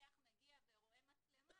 שכשמפקח מגיע ורואה מצלמה